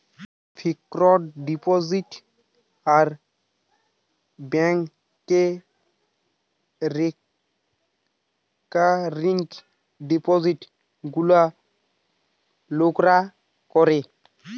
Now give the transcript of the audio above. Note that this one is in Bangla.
ফিক্সড ডিপোজিট আর ব্যাংকে রেকারিং ডিপোজিটে গুলা লোকরা করে